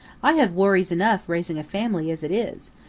i have worries enough raising a family as it is,